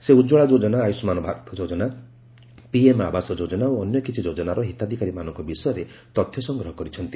ସେ ଉଜ୍ଜବଳା ଯୋଜନା ଆୟୁଷ୍ମାନ ଭାରତ ଯୋଜନା ପିଏମ୍ ଆବାସ ଯୋଜନା ଓ ଅନ୍ୟ କିଛି ଯୋଜନାର ହିତାଧିକାରୀମାନଙ୍କ ବିଷୟରେ ତଥ୍ୟ ସଂଗ୍ରହ କରିଛନ୍ତି